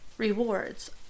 Rewards